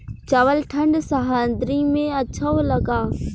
चावल ठंढ सह्याद्री में अच्छा होला का?